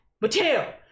Mateo